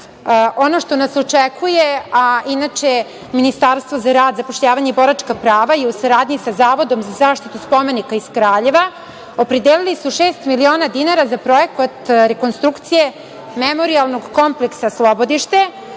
što nas očekuje, a inače Ministarstvo za rad, zapošljavanje i boračka prava, je u saradnji sa Zavodom za zaštitu spomenika iz Kraljeva, opredelili su šest miliona dinara za projekat rekonstrukcije memorijalnog kompleksa „Slobodište“,